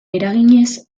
eraginez